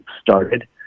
started